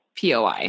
POI